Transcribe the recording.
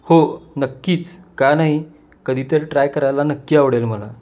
हो नक्कीच का नाही कधीतरी ट्राय करायला नक्की आवडेल मला